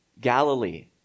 Galilee